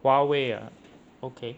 Huawei ah okay